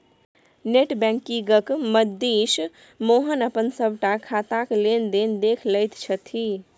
net बैंकिंगक मददिसँ मोहन अपन सभटा खाताक लेन देन देखि लैत छथि